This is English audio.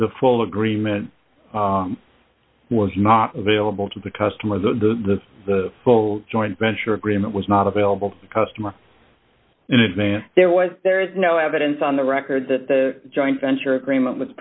the full agreement was not available to the customers of the the full joint venture agreement was not available to customers in advance there was there is no evidence on the record that the joint venture agreement was